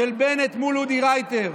של בנט מול אודי רייטר,